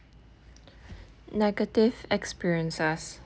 negative experiences